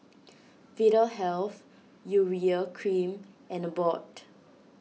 Vitahealth Urea Cream and Abbott